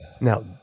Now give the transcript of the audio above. now